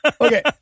Okay